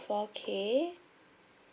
four K